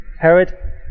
Herod